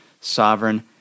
sovereign